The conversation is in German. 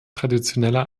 traditioneller